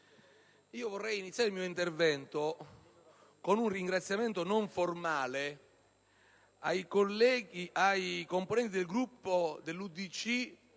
vorrei iniziare il mio intervento con un ringraziamento non formale ai componenti del Gruppo